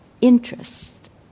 interest